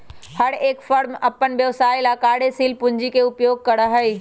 हर एक फर्म अपन व्यवसाय ला कार्यशील पूंजी के उपयोग करा हई